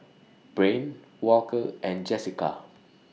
Brain Walker and Jessika